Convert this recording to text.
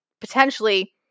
potentially